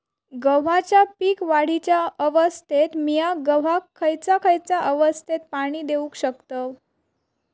गव्हाच्या पीक वाढीच्या अवस्थेत मिया गव्हाक खैयचा खैयचा अवस्थेत पाणी देउक शकताव?